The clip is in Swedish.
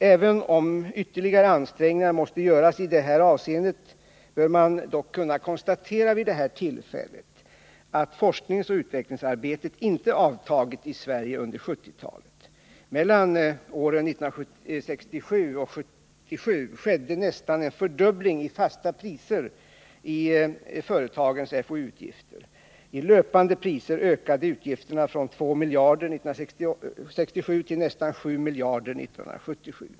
Även om ytterligare ansträngningar måste göras i detta avseende, bör man dock vid detta tillfälle kunna konstatera att forskningsoch utvecklingsarbetet inte avtagit i Sverige under 1970-talet. Mellan åren 1967 och 1977 skedde nästan en fördubbling i fasta priser i företagens FoU-utgifter. I löpande priser ökade utgifterna från 2 miljarder 1967 till nästan 7 miljarder 1977.